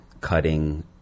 cutting